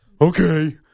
Okay